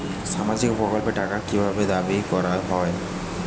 সামাজিক প্রকল্পের টাকা কি ভাবে দাবি করা হয়?